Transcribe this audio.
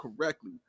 correctly